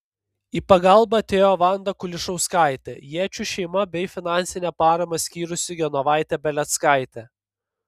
į pagalbą atėjo vanda kulišauskaitė jėčių šeima bei finansinę paramą skyrusi genovaitė beleckaitė